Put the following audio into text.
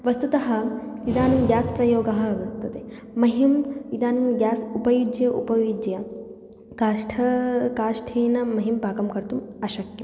वस्तुतः इदानीं ग्यास् प्रयोगः वर्तते मह्यम् इदानीं ग्यास् उपयुज्य उपयुज्य काष्ठा काष्ठेन मह्यं पाकं कर्तुम् अशक्यम्